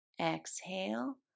exhale